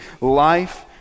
life